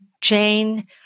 Jane